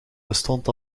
bestond